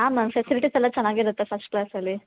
ಆಂ ma'am facilities ಎಲ್ಲ ಚೆನ್ನಾಗಿ ಇರುತ್ತೆ ಫಸ್ಟ್ ಕ್ಲಾಸಲ್ಲಿ